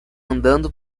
andando